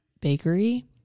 bakery